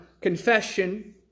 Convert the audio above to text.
confession